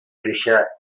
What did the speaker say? créixer